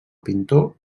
pintor